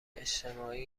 اجتماعی